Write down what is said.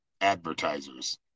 advertisers